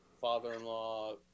father-in-law